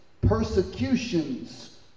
persecutions